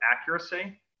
accuracy